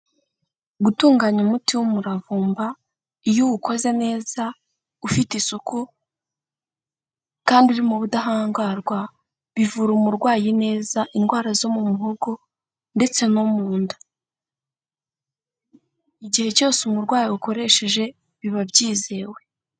Gutunganya umuti w'umuravumba, iyo uwukoze neza ufite isuku kandi uri mu ubuhangarwa, bivura umurwayi neza indwara zo mu muhogo no mu nda, igihe cyose umurwayi awukoresheje biba byizewe.